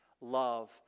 love